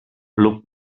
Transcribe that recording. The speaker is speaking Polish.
lub